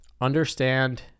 understand